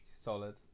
Solid